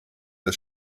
des